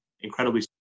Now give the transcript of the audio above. incredibly